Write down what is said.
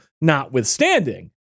notwithstanding